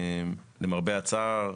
ההוראה הזאת לא נשמרת למרבה הצער,